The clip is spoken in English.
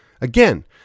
Again